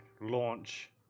launch